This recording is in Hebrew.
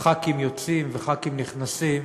ח"כים יוצאים וח"כים נכנסים,